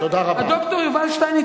הד"ר יובל שטייניץ,